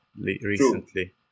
recently